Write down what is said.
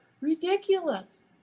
ridiculous